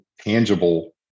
tangible